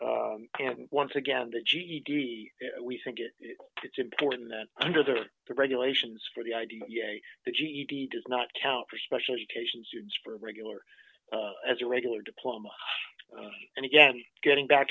g and once again the ged we think it it's important that under the regulations for the idea that ged does not count for special education students for regular as a regular diploma and again getting back